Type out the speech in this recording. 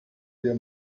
der